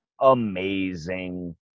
Amazing